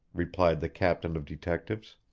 replied the captain of detectives.